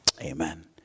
Amen